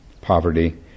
poverty